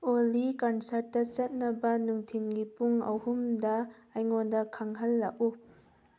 ꯑꯣꯂꯤ ꯀꯟꯁꯔꯠꯇ ꯆꯠꯅꯕ ꯅꯨꯡꯊꯤꯜꯒꯤ ꯄꯨꯡ ꯑꯍꯨꯝꯗ ꯑꯩꯉꯣꯟꯗ ꯈꯪꯍꯜꯂꯛꯎ